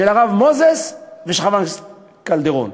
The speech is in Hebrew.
של הרב מוזס ושל חברת הכנסת קלדרון.